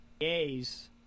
A's